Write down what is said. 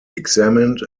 examined